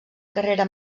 carrera